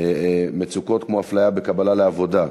מצוקות כמו אפליה בקבלה לעבודה,